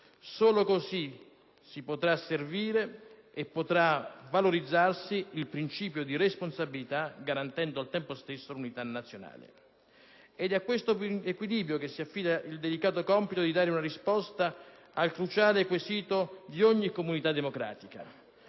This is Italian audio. solo così potrà servire e valorizzare il principio di responsabilità garantendo al tempo stesso l'unità nazionale. Ed a questo equilibrio si affida il delicato compito di dare una risposta al cruciale quesito di ogni comunità democratica: